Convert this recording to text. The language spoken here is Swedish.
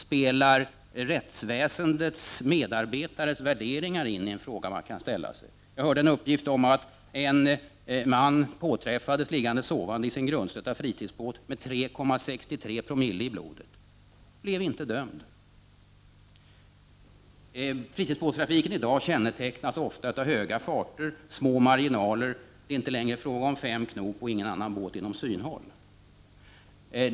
Spelar rättsväsendets medarbetares värderingar in? Det är en fråga som man kan ställa sig. Jag hörde en uppgift om att en man påträffades liggande och sovande i sin grundstötta fritidsbåt med 3,63 promille i blodet, och han blev inte dömd. Fritidsbåtstrafiken kännetecknas ofta av höga farter och små marginaler — det är inte längre fråga om 5 knop och ingen annan båt inom synhåll.